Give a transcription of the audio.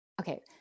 okay